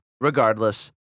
regardless